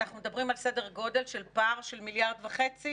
אנחנו מדברים על סדר גודל פער של מיליארד וחצי,